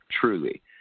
truly